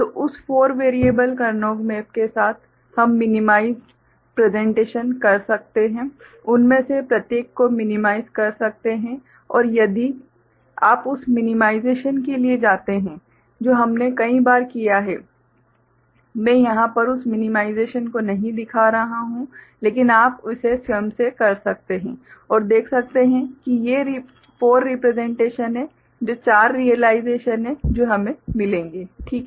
तो उस 4 variable Karnaugh map के साथ हम मिनिमाइज्ड प्रेसेंटेशन कर सकते हैं उनमें से प्रत्येक को मिनिमाइज़ कर सकते है और यदि आप उस मिनिमाइजेशन के लिए जाते हैं जो हमने कई बार किया है मैं यहां पर उस मिनिमाइजेशन को नहीं दिखा रहा हूँ लेकिन आप इसे स्वयं से कर सकते हैं और देख सकते हैं कि ये 4 रीप्रेसेंटेशन हैं जो चार रियलाइजेशन हैं जो हमें मिलेंगे ठीक है